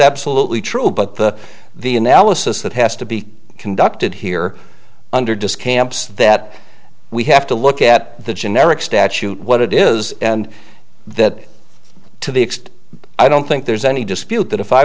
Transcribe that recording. absolutely true but the the analysis that has to be conducted here under disk that we have to look at the generic statute what it is and that to the extent i don't think there's any dispute that if i